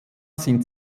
sind